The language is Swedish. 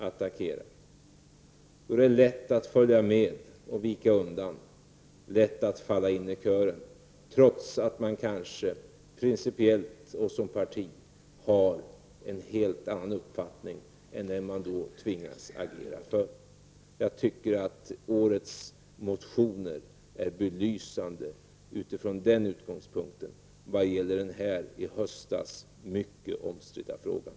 Då är det lätt att följa med och vika undan, lätt att falla in i kören, trots att man kanske principiellt som parti har en helt annan uppfattning än den man tvingas agera för. Jag tycker att årets motioner är belysande om man utgår från den i höstas mycket omstridda frågan.